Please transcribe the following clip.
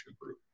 group